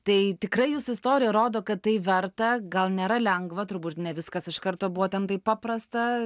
tai tikra jūsų istorija rodo kad tai verta gal nėra lengva turbūt ne viskas iš karto buvo ten taip paprasta